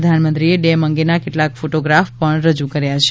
પ્રધાનમંત્રીએ ડેમ અંગેના કેટલાંક ફોટોગ્રાફ પણ રજૂ કર્યા છે